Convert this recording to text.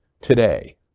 today